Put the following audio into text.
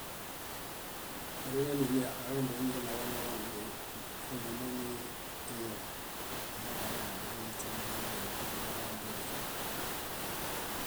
Bariŋe niḃumi arembo éñi nenaaġoneġon. moinii ingula, ingula arẽhe aerehaŋu muśemúlumulu nabalaala bándiken.